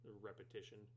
repetition